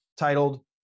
Titled